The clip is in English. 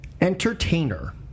entertainer